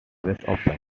open